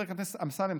חבר הכנסת אמסלם,